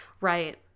Right